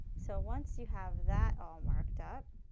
so once you have that all marked up,